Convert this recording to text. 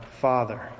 Father